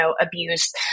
abuse